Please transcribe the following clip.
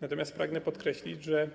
Natomiast pragnę podkreślić, że